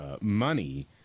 money